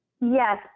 Yes